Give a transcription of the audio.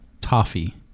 toffee